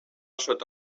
sota